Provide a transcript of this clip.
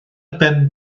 ben